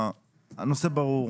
הנושא ברור.